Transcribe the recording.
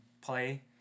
play